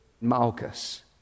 Malchus